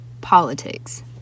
politics